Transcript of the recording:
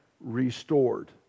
restored